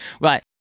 Right